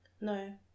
No